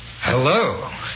Hello